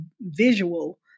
visual